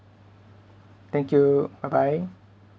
thank you bye bye